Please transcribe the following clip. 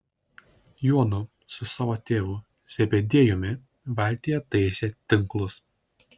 juodu su savo tėvu zebediejumi valtyje taisė tinklus